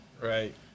right